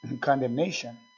condemnation